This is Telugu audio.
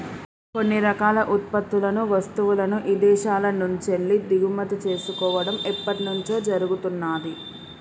కొన్ని రకాల ఉత్పత్తులను, వస్తువులను ఇదేశాల నుంచెల్లి దిగుమతి చేసుకోడం ఎప్పట్నుంచో జరుగుతున్నాది